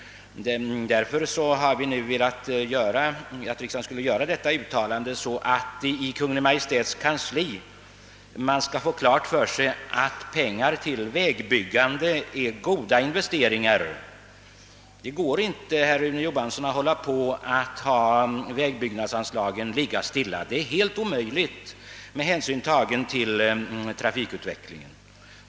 Därför har vi nu velat att riksdagen skulle göra detta uttalande så att man i Kungl. Maj:ts kansli får klart för sig att vi önskar ökade anslag till vägbyggandet. Det går inte, herr Johansson, att låta vägbyggnadsanslagen ligga helt stilla; det är helt omöjligt med hänsyn till trafikutvecklingen.